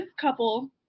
couple